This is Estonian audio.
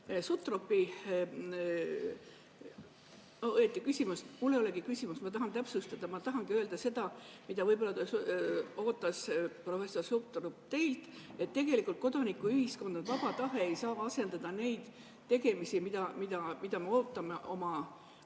Õieti mul ei olegi küsimust, ma tahan täpsustada. Ma tahangi öelda seda, mida võib-olla ootas professor Sutrop teilt, et tegelikult kodanikuühiskonna vaba tahe ei saa asendada neid tegemisi, mida me ootame oma